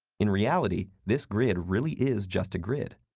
in reality, this grid really is just a grid.